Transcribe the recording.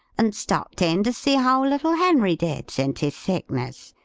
and stopped in to see how little henry did, since his sickness.